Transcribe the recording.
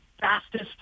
fastest